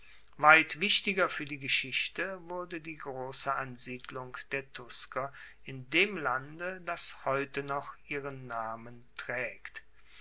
weit wichtiger fuer die geschichte wurde die grosse ansiedelung der tusker in dem lande das heute noch ihren namen traegt